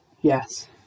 Yes